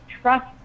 trust